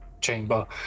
chamber